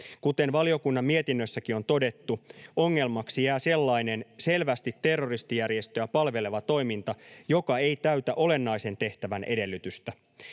Kuten valiokunnan mietinnössäkin on todettu, ongelmaksi jää sellainen selvästi terroristijärjestöä palveleva toiminta, joka ei täytä olennaisen tehtävän edellytystä.